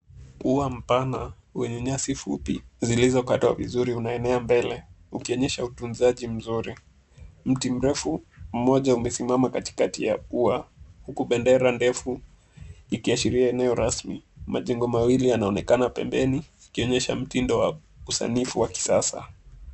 Uwa mpana wenye nyasi fupi zilizokatwa vizuri unaenea mbele, ukionyesha utunzaji mzuri. Mti mrefu mmoja umesimama katikati ya ua. Huku bendera ndefu ikiashiria eneo rasmi, majengo mawili yanaonekana pembeni ikionyesha mtindo wa usanifu wa kisasa.